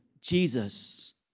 Jesus